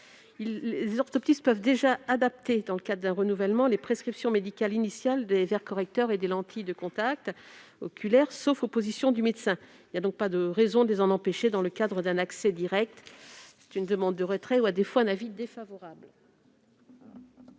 Les orthoptistes peuvent déjà adapter, dans le cadre d'un renouvellement, les prescriptions médicales initiales des verres correcteurs et des lentilles de contact oculaire, sauf opposition du médecin. Il n'y a donc pas de raison de les en empêcher dans le cadre d'un accès direct. C'est une demande de retrait ou, à défaut, un avis défavorable.